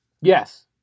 Yes